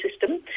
system